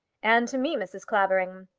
and to me, mrs. clavering.